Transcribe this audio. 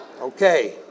Okay